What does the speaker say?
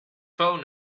phone